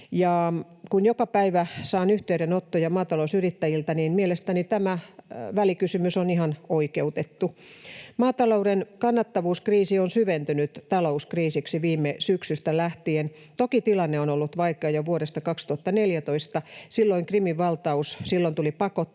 Kun joka päivä saan yhteydenottoja maatalousyrittäjiltä, niin mielestäni tämä välikysymys on ihan oikeutettu. Maatalouden kannattavuuskriisi on syventynyt talouskriisiksi viime syksystä lähtien. Toki tilanne on ollut vaikea jo vuodesta 2014: silloin oli Krimin valtaus, silloin